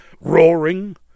roaring